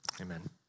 Amen